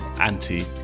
anti